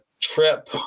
trip